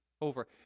over